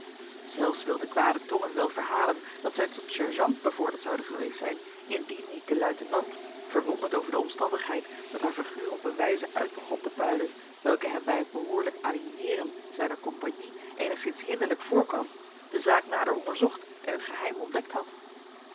zelfs wilden kwade tongen wel verhalen dat zij tot sergeant bevorderd zoude geweest zijn indien niet de luitenant verwonderd over de omstandigheid dat haar figuur op een wijze uit begon te puilen welke hem bij het behoorlijk aligneeren zijner compagnie eenigszins hinderlijk voorkwam de zaak nader onderzocht en het geheim ontdekt had